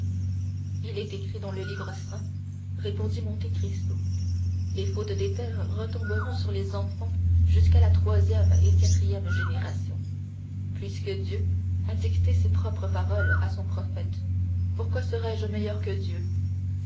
il est écrit dans le livre saint répondit monte cristo les fautes des pères retomberont sur les enfants jusqu'à la troisième et quatrième génération puisque dieu a dicté ces propres paroles à son prophète pourquoi serais-je meilleur que dieu